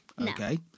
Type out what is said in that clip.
okay